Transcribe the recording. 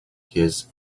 his